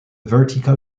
vertical